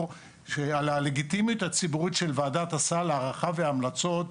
על הלגיטימיות הציבורית של ועדת הסל הרחב והמלצות.